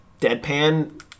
deadpan